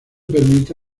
permite